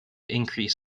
increase